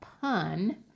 pun